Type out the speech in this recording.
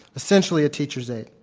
essentially a teacher's aide.